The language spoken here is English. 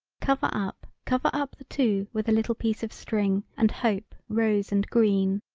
cover up cover up the two with a little piece of string and hope rose and green,